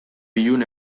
ilun